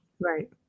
Right